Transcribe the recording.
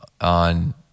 on